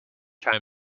time